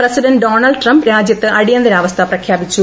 president Donald Trump രാജ്യത്ത് അടിയന്തരാവസ്ഥ പ്രഖ്യാപിച്ചു